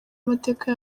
amateka